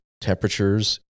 temperatures